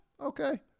okay